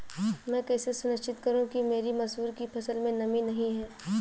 मैं कैसे सुनिश्चित करूँ कि मेरी मसूर की फसल में नमी नहीं है?